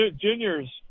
juniors